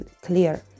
clear